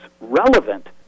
relevant